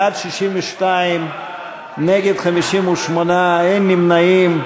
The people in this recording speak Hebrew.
בעד, 62, נגד, 58, אין נמנעים.